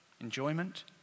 Enjoyment